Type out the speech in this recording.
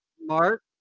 Mark